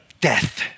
death